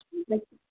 ଠିକ୍ ଅଛି